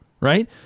Right